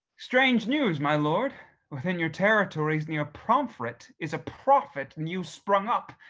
strange news, my lord within your territories, near pomfret is a prophet new sprung up,